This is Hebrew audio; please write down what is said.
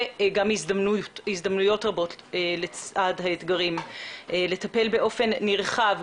גם הזדמנויות רבות לצד האתגרים לטפל באופן נרחב,